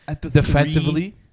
Defensively